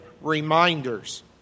reminders